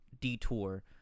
detour